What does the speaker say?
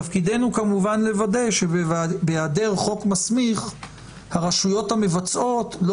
תפקידנו הוא כמובן לוודא שבהעדר חוק מסמיך הרשויות המבצעות לא